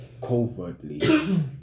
covertly